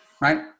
Right